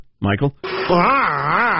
Michael